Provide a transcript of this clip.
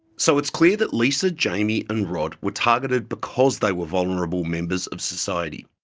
so it's clear that lisa, jamie and rod were targeted because they were vulnerable members of society.